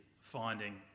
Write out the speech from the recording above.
finding